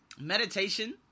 Meditation